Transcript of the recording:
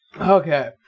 Okay